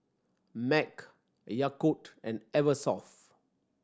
MAG Yakult and Eversoft